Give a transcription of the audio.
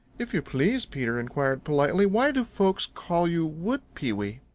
if you please, peter inquired politely, why do folks call you wood pewee?